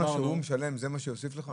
הארנונה שהוא משלם זה מה שיוסיף לך?